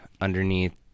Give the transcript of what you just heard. underneath